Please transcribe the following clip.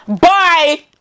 Bye